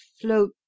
float